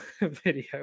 video